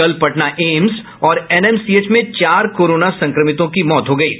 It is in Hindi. कल पटना एम्स और एनएमसीएच में चार कोरोना संक्रमितों की मौत हुयी है